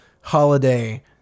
holiday